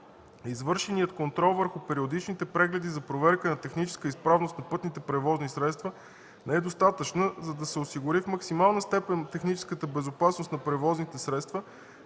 извършеният контрол върху периодичните прегледи за проверка на техническа изправност на пътните превозни средства не е достатъчен, за да се осигури в максимална степен техническата безопасност на превозните средства,